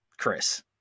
chris